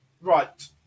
Right